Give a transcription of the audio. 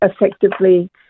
effectively